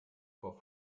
vor